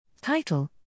Title